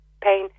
pain